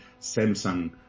Samsung